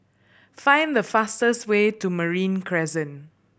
find the fastest way to Marine Crescent